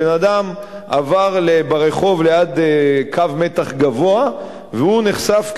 בן-אדם עבר ברחוב ליד קו מתח גבוה והוא נחשף,